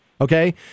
Okay